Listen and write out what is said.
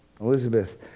Elizabeth